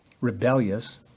rebellious